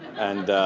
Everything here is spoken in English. and